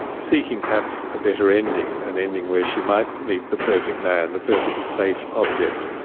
seeking perhaps a better ending, an ending where she might meet the perfect man, the perfect safe object.